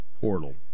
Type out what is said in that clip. portal